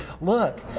look